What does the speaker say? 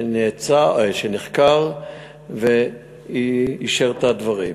שנחקר ואישר את הדברים.